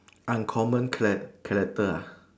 uncommon chara~ character ah